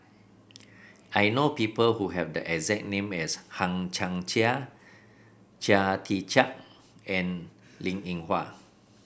I know people who have the exact name as Hang Chang Chieh Chia Tee Chiak and Linn In Hua